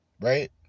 Right